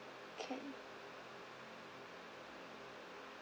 can